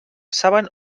saben